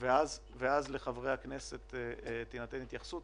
ואז לחברי הכנסת תינתן אפשרות להתייחסות.